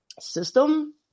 system